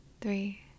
three